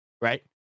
Right